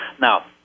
Now